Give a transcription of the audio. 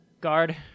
Guard